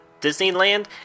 Disneyland